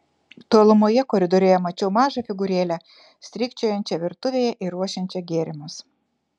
tolumoje koridoriuje mačiau mažą figūrėlę strykčiojančią virtuvėje ir ruošiančią gėrimus